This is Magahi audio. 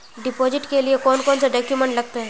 डिपोजिट के लिए कौन कौन से डॉक्यूमेंट लगते?